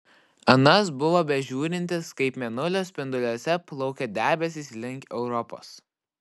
anas buvo bežiūrintis kaip mėnulio spinduliuose plaukia debesys link europos